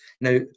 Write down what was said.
Now